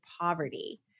poverty